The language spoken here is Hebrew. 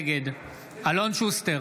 נגד אלון שוסטר,